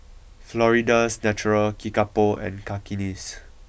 Florida's Natural Kickapoo and Cakenis